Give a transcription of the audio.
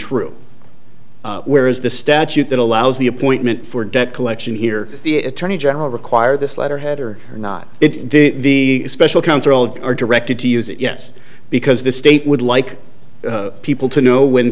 true where is the statute that allows the appointment for debt collection here if the attorney general require this letterhead or not it the special counsel of are directed to use it yes because the state would like people to know when